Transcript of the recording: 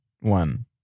one